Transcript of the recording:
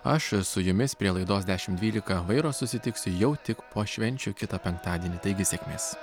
aš su jumis prie laidos dešim dvylika vairo susitiksiu jau tik po švenčių kitą penktadienį taigi sėkmės